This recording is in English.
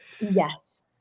Yes